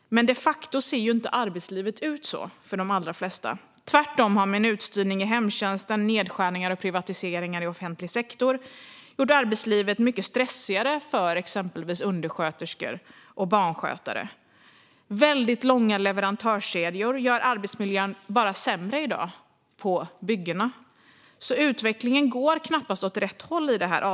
Men arbetslivet ser de facto inte ut så för de allra flesta. Tvärtom har minutstyrning inom hemtjänsten och nedskärningar och privatiseringar i offentlig sektor gjort arbetslivet mycket stressigare för exempelvis undersköterskor och barnskötare. Väldigt långa leverantörskedjor gör arbetsmiljön på byggen bara sämre i dag. Utvecklingen i detta avseende går knappast åt rätt håll.